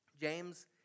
James